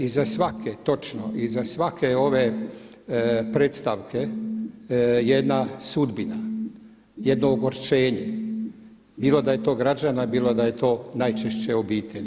Iza svake točno, iza svake ove predstavke je jedna sudbina, jedno ogorčenje bilo da je to građana, bilo da je to najčešće obitelji.